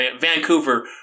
Vancouver